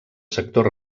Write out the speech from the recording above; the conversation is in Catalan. sector